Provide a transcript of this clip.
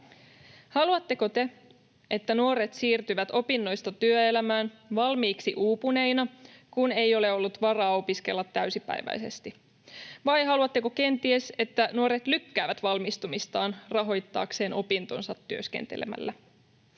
Haluatteko te, että nuoret siirtyvät opinnoista työelämään valmiiksi uupuneina, kun ei ole ollut varaa opiskella täysipäiväisesti? Vai haluatteko kenties, että nuoret lykkäävät valmistumistaan rahoittaakseen opintonsa työskentelemällä?